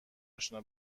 اشنا